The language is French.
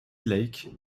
lake